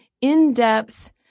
in-depth